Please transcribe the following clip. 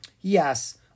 Yes